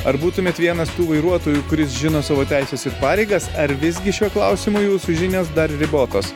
ar būtumėt vienas tų vairuotojų kuris žino savo teises ir pareigas ar visgi šiuo klausimu jūsų žinios dar ribotos